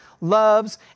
loves